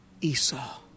Esau